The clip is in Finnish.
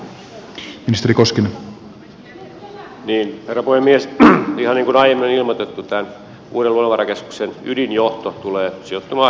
ihan niin kuin aiemmin on ilmoitettu tämän uuden luonnonvarakeskuksen ydinjohto tulee sijoittumaan helsinkiin ja viikkiin